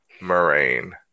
Moraine